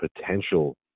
potential